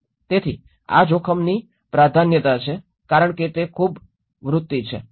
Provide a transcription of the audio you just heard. તેથી આ જોખમની પ્રાધાન્યતા છે કારણ કે તે ખૂબ વૃત્તિ છે